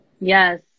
Yes